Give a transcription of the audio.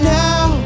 now